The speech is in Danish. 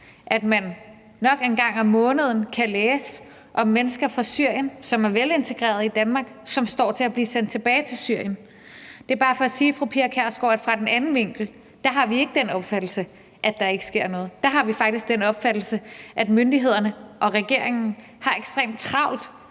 at man nok en gang om måneden kan læse om mennesker fra Syrien, som er velintegrerede i Danmark, som står til at blive sendt tilbage til Syrien. Det er bare for at sige, fru Pia Kjærsgaard, at fra den anden vinkel har vi ikke den opfattelse, at der ikke sker noget. Der har vi faktisk den opfattelse, at myndighederne og regeringen har ekstremt travlt